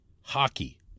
hockey